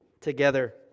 together